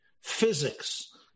physics